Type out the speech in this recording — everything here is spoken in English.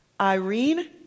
Irene